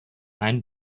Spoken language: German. ein